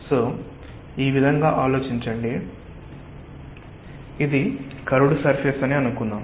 కాబట్టి ఈ విధంగా ఆలోచించండి ఇది కర్వ్డ్ సర్ఫేస్ అని అనుకుందాం